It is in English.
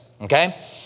Okay